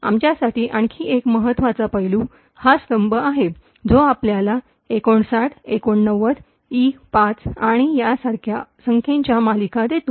आमच्यासाठी आणखी एक महत्त्वाचा पैलू हा हा स्तंभ आहे जो आपल्याला ५९ ८९ ई५ आणि यासारख्या संख्येच्या मालिका देतो